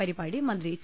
പരിപാടി മന്ത്രി ടി